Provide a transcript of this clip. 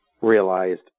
realized